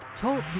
Talk